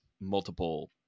multiple